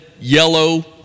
yellow